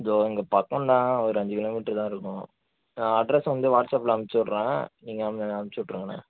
இதோ இங்கே பக்கம் தான் ஒரு அஞ்சு கிலோ மீட்டரு தான் இருக்கும் அட்ரஸை வந்து வாட்ஸ்ஆப்பில் அமிச்சிவுடுறேன் நீங்கள் அம்மு அமிச்சிவுட்ருங்கண்ண